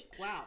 Wow